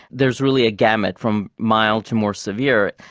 there's really a gamut from mild to more severe.